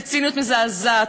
בציניות מזעזעת,